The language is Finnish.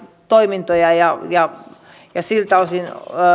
toimintoja kun siltä osin